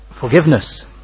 forgiveness